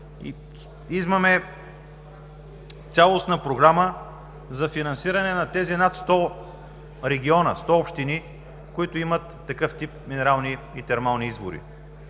и имаме цялостна програма за финансиране на тези над 100 региона, 100 общини, които имат такъв тип минерални и термални извори.